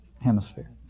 Hemisphere